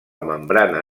membrana